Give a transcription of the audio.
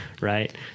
right